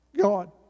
God